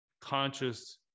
conscious